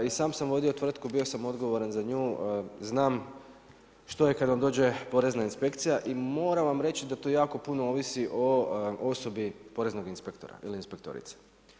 I sam sam vodio tvrtku, bio sam odgovoran za nju znam što je kad vam dođe porezna inspekcija i moram vam reći da to jako puno ovisi o osobi poreznog inspektora ili inspektorice.